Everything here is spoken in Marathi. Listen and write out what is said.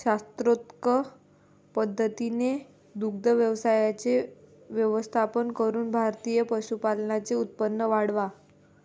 शास्त्रोक्त पद्धतीने दुग्ध व्यवसायाचे व्यवस्थापन करून भारतीय पशुपालकांचे उत्पन्न वाढवा